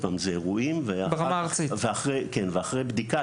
זה אירועים ואחרי כן יש בדיקה,